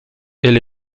elle